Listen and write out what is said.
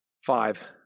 five